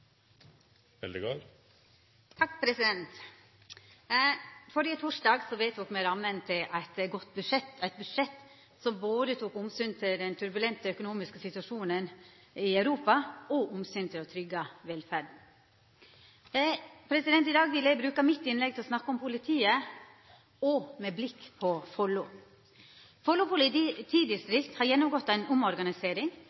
torsdag vedtok me ramma til eit godt budsjett, eit budsjett som tek omsyn til både den turbulente økonomiske situasjonen i Europa og det å tryggja velferda. I dag vil eg bruka mitt innlegg til å snakka om politiet – med blikk på Follo.